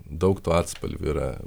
daug tų atspalvių yra